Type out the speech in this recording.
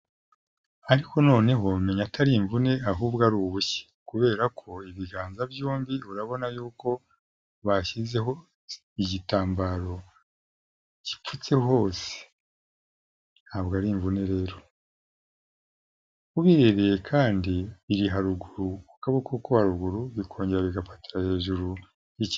Ariko noneho menya ko ari imvune ahubwo ari ubushye, kubera ko ibiganza byombi urabona yuko bashyizeho igitambaro gipfutse hose, ntabwo ari imvune rero. Ubiheye kandi iri haruguru ku kaboko ko haruguru, bikongera bigapatira hejuru y'ikiganza.